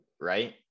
Right